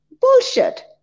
Bullshit